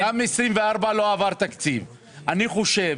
אני חושב,